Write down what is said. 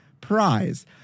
prize